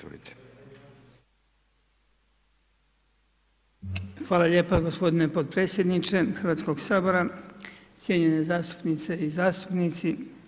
Hvala lijepo gospodine potpredsjedniče Hrvatskog sabora, cijenjene zastupnice i zastupnici.